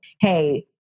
hey